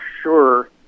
sure